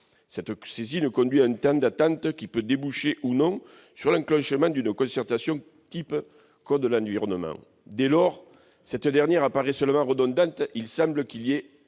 Cette saisine conduit à un temps d'attente qui peut déboucher ou non sur l'enclenchement d'une concertation relevant du code de l'environnement. Dès lors, cette dernière apparaît seulement redondante : il semble bien qu'il y ait